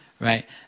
right